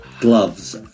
gloves